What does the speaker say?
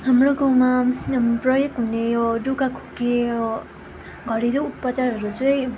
हाम्रो गाउँमा प्रयोग हुने यो रुगा खोकी यो घरेलु उपचारहरू चाहिँ